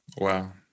wow